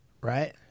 right